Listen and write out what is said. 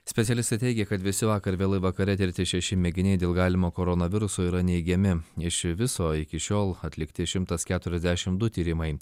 specialistė teigia kad visi vakar vėlai vakare tirti šeši mėginiai dėl galimo koronaviruso yra neigiami ši viso iki šiol atlikti šimtas keturiasdešim du tyrimai